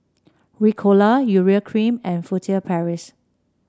Ricola Urea Cream and Furtere Paris